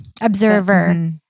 observer